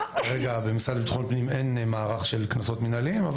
כרגע במשרד לביטחון הפנים אין מערך של קנסות מינהליים,